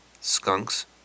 skunks